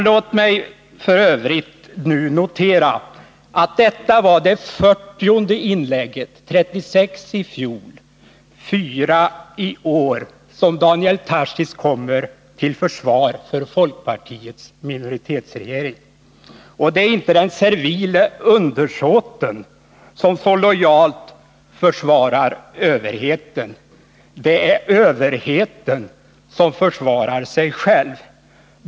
Låt mig f. ö. nu notera att detta var det 40:e inlägget — 36 i fjol, 4 i år — av Daniel Tarschys till försvar för folkpartiets minoritetsregering. Och det är inte den servile undersåten som så lojalt försvarar överheten, det är överheten som försvarar sig själv.